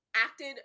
acted